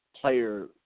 player